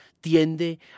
tiende